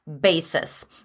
basis